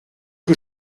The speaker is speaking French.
que